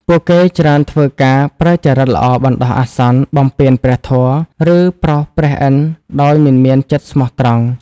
ពួកគេច្រើនធ្វើការប្រើចរិតល្អបណ្ដោះអាសន្ន បំពានព្រះធម៌ ឬប្រោសព្រះឥន្ទន៍ដោយមិនមានចិត្តស្មោះត្រង់។